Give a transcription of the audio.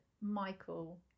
Michael